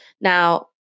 Now